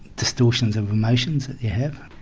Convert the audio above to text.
distortions of emotions that you have.